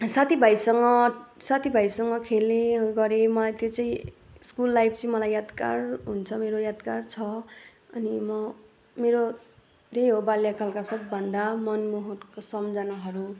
साथीभाइसँग साथीभाइसँग खेलेँं उयो गरेँ मलाई त्यो चाहिँ स्कुल लाइफ चाहिँ मलाई यादगार हुन्छ मेरो यादगार छ अनि म मेरो त्यही हो बाल्य कालका सबभन्दा मनमोहक सम्झनाहरू